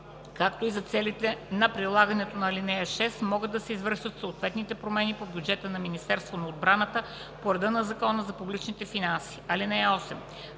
както и за целите на прилагане на ал. 6 могат да се извършват съответните промени по бюджета на Министерството на отбраната по реда на Закона за публичните финанси.